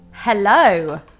Hello